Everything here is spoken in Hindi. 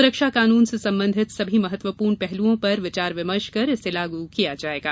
सुरक्षा कानून से संबंधित सभी महत्वपूर्ण पहुलओं पर विचार विमर्श कर इसे लागू किया जाएगा